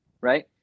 Right